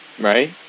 right